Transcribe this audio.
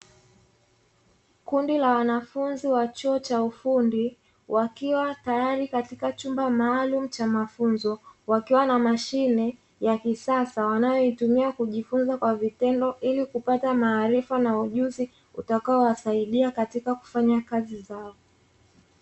Kundi la wanafunzi wa chuo cha ufundi wakiwa tayari katika chumba maalumu cha mafunzo, wakiwa na mashine ya kisasa wanayoitumia kujifunza kwa vitendo, ili kupata maarifa na ujuzi utakao wasaidia katika kufanya kazi zao.